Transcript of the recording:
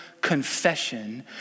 confession